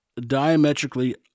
diametrically